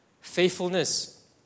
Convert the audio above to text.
Faithfulness